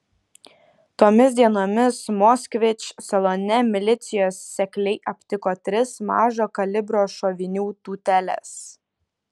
tomis dienomis moskvič salone milicijos sekliai aptiko tris mažo kalibro šovinių tūteles